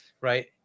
right